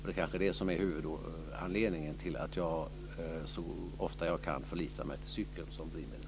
Det är kanske det som är huvudanledningen till att jag så ofta jag kan förlitar mig till cykeln som färdmedel.